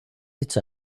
its